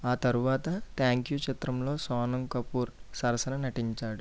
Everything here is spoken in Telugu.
ఆ తర్వాత థ్యాంక్యూ చిత్రంలో సోనమ్ కపూర్ సరసన నటించాడు